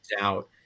out